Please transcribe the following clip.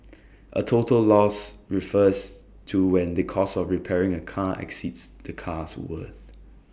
A total loss refers to when the cost of repairing A car exceeds the car's worth